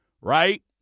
right